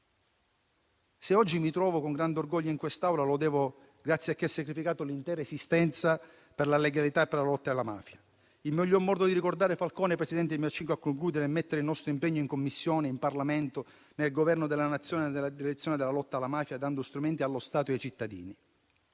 Se oggi mi trovo con grande orgoglio in quest'Aula, lo devo a chi ha sacrificato l'intera esistenza per la legalità e per la lotta alla mafia. Il miglior modo di ricordare Falcone, Presidente, è mettere il nostro impegno, in Commissione, in Parlamento e nel Governo della Nazione, nella direzione della lotta alla mafia, dando strumenti allo Stato e ai cittadini.